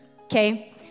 Okay